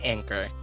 Anchor